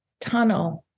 tunnel